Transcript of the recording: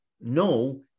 no